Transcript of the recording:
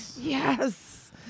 Yes